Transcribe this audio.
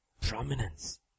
Prominence